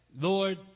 Lord